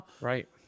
Right